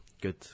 Good